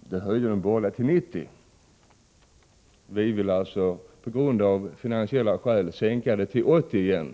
och vi höjde det till 90 96. Nu vill vi av finansiella skäl sänka det till 80 Jo.